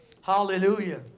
hallelujah